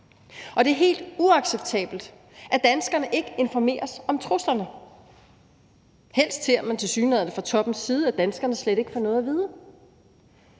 Og det er helt uacceptabelt, at danskerne ikke informeres om truslerne. Helst ser man tilsyneladende fra toppens side, at danskerne slet ikke får noget at vide,